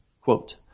Quote